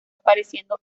apareciendo